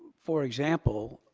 for example,